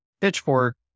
pitchfork